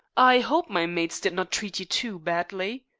i hope my mates did not treat you too badly?